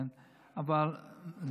כן, מה?